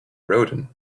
rodin